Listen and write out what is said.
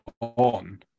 on